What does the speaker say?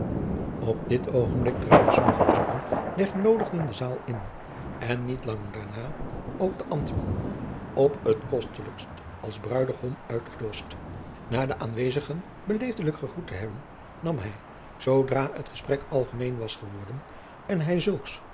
op dit oogenblik traden sommige andere der genoodigden de zaal in en niet lang daarna ook de ambtman op t kostelijkst als bruidegom uitgedoscht na de aanwezigen beleefdelijk gegroet te hebben nam hij zoodra het gesprek algemeen was geworden en hij zulks